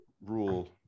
rule